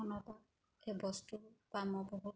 আৰু এই বস্তুৰপৰা মই বহুত